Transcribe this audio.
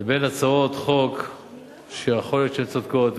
בין הצעות חוק שיכול להיות שהן צודקות,